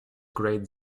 great